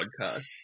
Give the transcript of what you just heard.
podcasts